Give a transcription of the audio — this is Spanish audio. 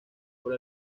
por